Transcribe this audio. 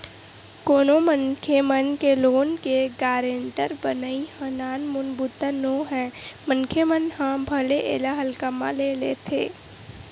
कोनो मनखे के लोन के गारेंटर बनई ह नानमुन बूता नोहय मनखे मन ह भले एला हल्का म ले लेथे